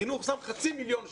חינוך שם חצי מיליון שקל.